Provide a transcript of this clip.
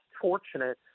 fortunate